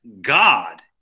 God